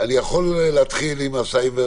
את הדוחות של מינהל הסייבר